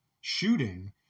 shooting